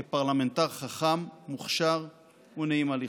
כפרלמנטר חכם, מוכשר ונעים הליכות.